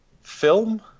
film